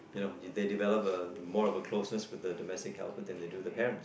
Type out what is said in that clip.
you know they developed a more of a closeness with the domestic helper than they do with the parents